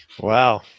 wow